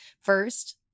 First